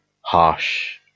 harsh